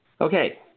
Okay